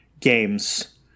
games